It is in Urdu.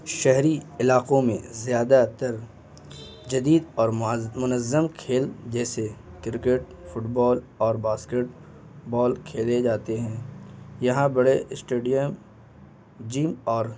شہری علاقوں میں زیادہ تر جدید اور منظم کھیل جیسے کرکٹ فٹ بال اور باسکٹ بال کھیلے جاتے ہیں یہاں بڑے اسٹیڈیم جم اور